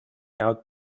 out